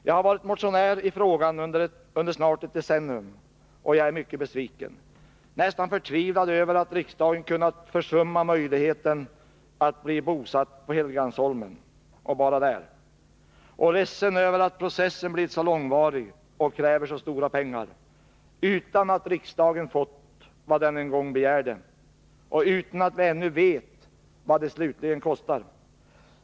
| Jag her varit motionär i frågan under snart ett decennium, och jag är | mycket besviken, nästan förtvivlad över att riksdagen kunnat försumma möjligheten att bli bosatt på Helgeandsholmen och verka där, och ledsen över att processen blivit så långvarig och kräver så stora pengar — utan att riksdagen fått vad den en gång begärde och utan att vi ännu vet vad det slutligen kostar.